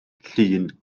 llun